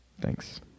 Thanks